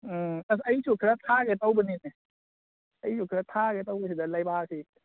ꯎꯝ ꯑꯗꯨ ꯑꯩꯁꯨ ꯈꯔ ꯊꯥꯒꯦ ꯇꯧꯕꯅꯤꯅꯦ ꯑꯩꯁꯨ ꯈꯔ ꯊꯥꯒꯦ ꯇꯧꯕꯁꯤꯗ ꯂꯩꯕꯥꯛꯁꯤ